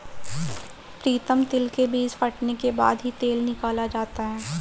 प्रीतम तिल के बीज फटने के बाद ही तेल निकाला जाता है